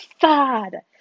sad